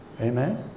Amen